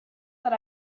that